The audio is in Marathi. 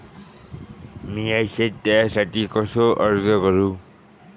मीया शेत तळ्यासाठी कसो अर्ज करू?